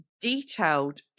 detailed